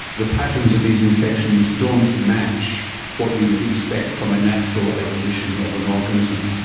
the patterns of these infections don't match what you would expect from a natural evolution of an organism.